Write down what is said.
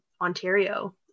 Ontario